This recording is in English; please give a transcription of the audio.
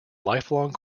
lifelong